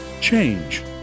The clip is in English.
Change